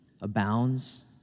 abounds